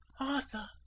arthur